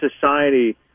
society